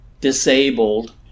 disabled